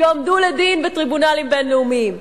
יועמדו לדין בטריבונלים בין-לאומיים,